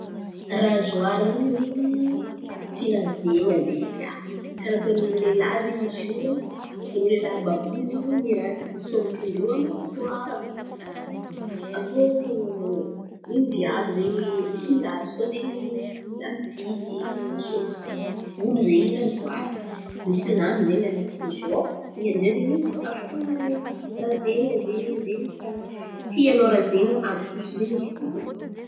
Razoara io zen̈y firazen̈a zen̈y, ia, karà ataony niny lelahy zen̈y ziô niny lelahy àby àby io zen̈y mirazy sômotro-ndrô amy razoara. Aviô niny viavy zen̈y misy mirazy koa zen̈y amy amy vity, fan̈adosoan̈a volo zen̈y razoara. Misy lamy zen̈y an̈atin'ny zio ao. In̈y amy zay zen̈y afaka razen̈a zen̈y zen̈y tany tianao razen̈a adoso zen̈y volo.